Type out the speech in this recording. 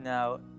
Now